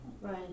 Right